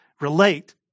relate